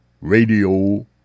radio